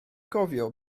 cofio